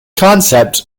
concept